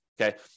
Okay